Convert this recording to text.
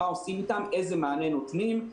מה עושים איתן, איזה מענה נותנים?